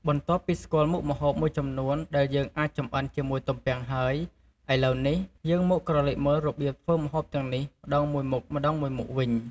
បន្ទាប់ពីស្គាល់មុខម្ហូបមួយចំនួនដែលយើងអាចចម្អិនជាមួយទំពាំងហើយ ឥឡូវនេះ យើងមកក្រឡេកមើលរបៀបធ្វើម្ហូបទាំងនេះ ម្ដងមួយមុខៗវិញ។